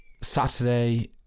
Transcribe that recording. Saturday